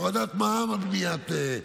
הורדת מע"מ על בניית,